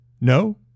No